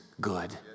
good